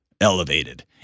elevated